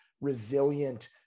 resilient